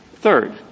Third